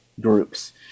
groups